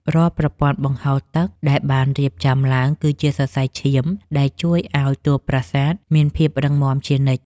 រាល់ប្រព័ន្ធបង្ហូរទឹកដែលបានរៀបចំឡើងគឺជាសរសៃឈាមដែលជួយឱ្យតួប្រាសាទមានភាពរឹងមាំជានិច្ច។